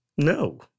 No